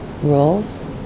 rules